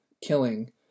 killing